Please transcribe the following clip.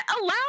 allow